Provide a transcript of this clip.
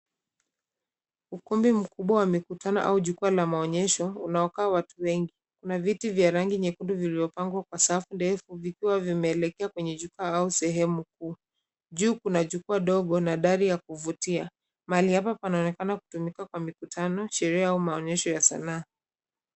Ukumbi mkubwa qa mkutano au jukwaa la maonyesho unaokaa watu wengi. Kuna viti vya rangi nyekundu vilivyopangwa kwa safu ndefu vikiwa vimeelekea kwenye jukwaa au sehemu kuu. Juu kuna jukwaa ndogo na dari ya kuvutia. Mahali hapa panaonekana kutumika kwa mikutano, sherehe au maonyesho ya sanaa.